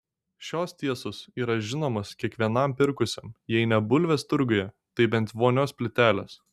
šios tiesos yra žinomos kiekvienam pirkusiam jei ne bulves turguje tai bent vonios plyteles